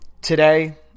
today